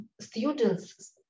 students